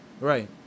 Right